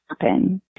happen